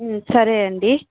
సరే అండీ